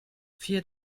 vier